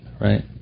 right